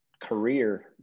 career